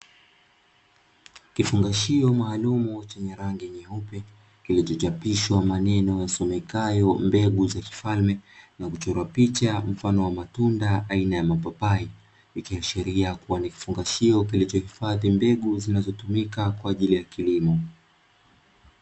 Kifungashio maalum chenye rangi nyeupe kilichochapishwa maneno yasomekayo ''mbegu za kifalme'' ikichorwa picha mfano wa matunda aina ya papai ikiashiria kua ni kifungashio kilichoifadhi mbegu zinazotumika kwaajili ya kilimo.